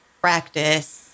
practice